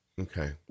Okay